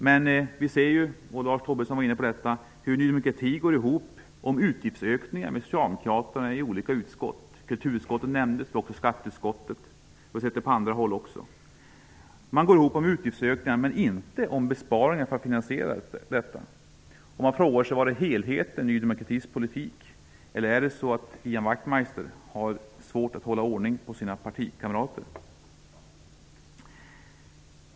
Men vi ser ju -- Lars Tobisson var inne på detta -- hur Ny demokrati går ihop med kulturutskottet och skatteutskottet, om utgiftsökningar men inte om besparingar för att finansiera dem. Man frågar sig var helheten i Ny demokratis politik finns. Eller har Ian Wachtmeister svårt att hålla ordning på sina partikamrater?